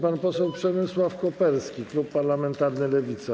Pan poseł Przemysław Koperski, klub parlamentarny Lewica.